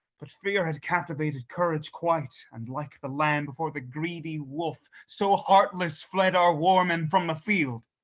but fear had captivated courage quite, and like the lamb before the greedy wolf, so heartless fled our war-men from the field.